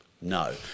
no